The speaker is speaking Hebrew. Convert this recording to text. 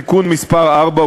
תיקון מס' 4,